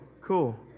cool